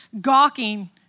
gawking